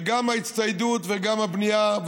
וגם בהצטיידות וגם בבנייה.